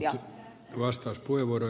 arvoisa puhemies